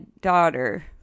Daughter